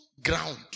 Ground